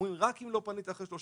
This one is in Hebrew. הוא אומר: רק אם לא פנית אחרי 30